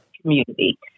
community